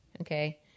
okay